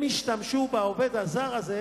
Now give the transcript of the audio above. הם ישתמשו בעובד הזר הזה,